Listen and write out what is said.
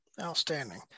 outstanding